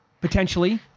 potentially